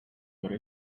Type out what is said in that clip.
could